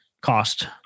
cost